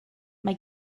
mae